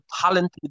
talented